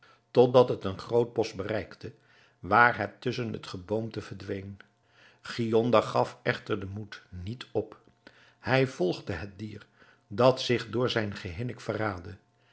dat het een groot bosch bereikte waar het tusschen het geboomte verdween giondar gaf echter den moed niet op hij volgde het dier dat zich door zijn gehinnek verraadde